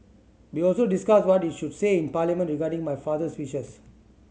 we also discussed what is should say in Parliament regarding my father's wishes